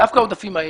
דווקא העודפים האלה?